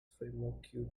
framework